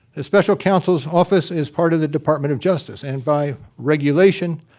the special counsel's office is part of the department of justice, and, by regulation,